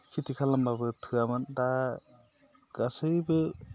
खेथि खालामब्लाबो थोआमोन दा गासैबो